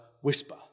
whisper